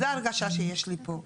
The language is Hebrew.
זו ההרגשה שיש לי פה.